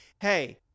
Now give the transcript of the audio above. Hey